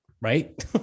right